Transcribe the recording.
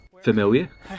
familiar